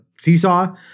seesaw